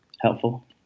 helpful